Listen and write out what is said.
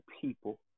people